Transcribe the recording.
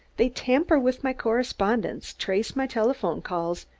they tamper with my correspondence, trace my telephone calls,